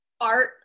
art